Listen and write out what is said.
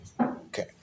Okay